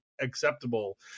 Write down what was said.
acceptable